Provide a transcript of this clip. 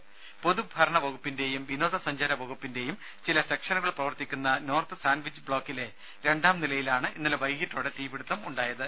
രുര പൊതുഭരണ വകുപ്പിന്റെയും വിനോദസഞ്ചാര വകുപ്പിന്റെയും ചില സെക്ഷനുകൾ പ്രവർത്തിക്കുന്ന നോർത്ത് സാൻവിച്ച് ബ്ലോക്കിലെ രണ്ടാം നിലയിലാണ് ഇന്നലെ വൈകിട്ടോടെ തീപിടിത്തം ഉണ്ടായത്